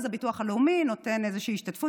הביטוח הלאומי נותן איזושהי השתתפות.